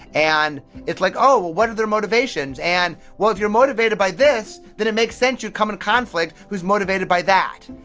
and it's like, oh well what are their motivations? and, well, if you're motivated by this, then it makes sense you'd come into and conflict who's motivated by that.